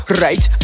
right